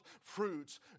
fruits